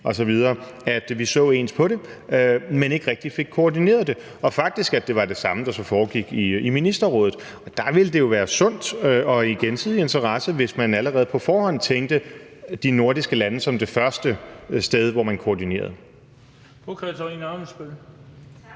så vi ens på det, men vi fik ikke rigtig koordineret det. Det var så faktisk det samme, der foregik i Ministerrådet, og det ville jo være sundt og i gensidig interesse, hvis man allerede på forhånd tænkte de nordiske lande som det første sted, hvor man koordinerede.